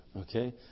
Okay